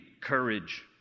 courage